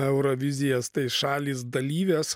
eurovizijas tai šalys dalyvės